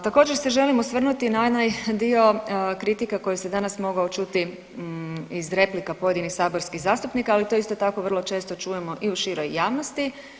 Također se želim osvrnuti na onaj dio kritika koji se danas mogao čuti iz replika pojedinih saborskih zastupnika, ali to isto tako često čujemo i u široj javnosti.